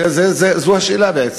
זו השאלה, בעצם.